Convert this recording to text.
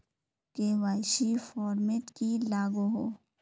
KYC format की लागोहो?